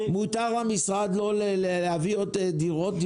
מותר למשרד לא להביא עוד דירות?